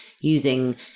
using